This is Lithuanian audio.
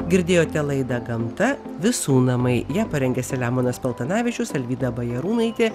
girdėjote laidą gamtavisų namai ją parengė selemonas paltanavičius alvyda bajarūnaitė